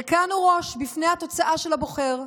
הרכנו ראש בפני התוצאה של הבוחר.